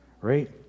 right